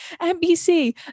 NBC